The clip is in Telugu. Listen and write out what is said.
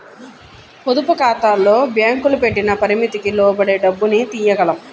పొదుపుఖాతాల్లో బ్యేంకులు పెట్టిన పరిమితికి లోబడే డబ్బుని తియ్యగలం